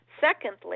secondly